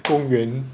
公园